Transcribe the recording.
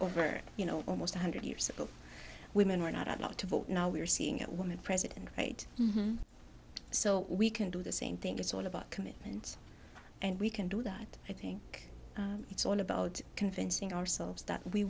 over you know almost a hundred years ago women were not allowed to vote now we're seeing at woman president right so we can do the same thing it's all about commitment and we can do that i think it's all about convincing ourselves that we